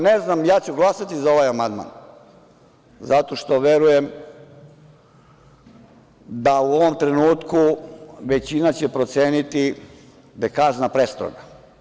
Ne znam, ja ću glasati za ovaj amandman, zato što verujem da u ovom trenutku većina će proceniti da je kazna prestroga.